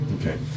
Okay